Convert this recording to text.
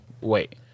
wait